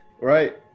Right